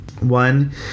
One